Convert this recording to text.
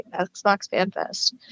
XboxFanFest